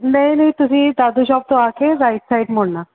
ਨਹੀਂ ਨਹੀਂ ਤੁਸੀਂ ਦਾਦੂ ਸ਼ੋਪ ਤੋਂ ਆ ਕੇ ਰਾਈਟ ਸਾਈਡ ਮੁੜਨਾ